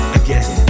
again